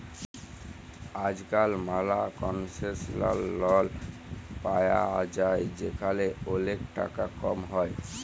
আজকাল ম্যালা concessional loan পায়া যায় যেখালে ওলেক টাকা কম হ্যয়